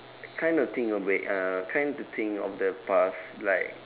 kind of think of it uh kind to think of the past like